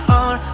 on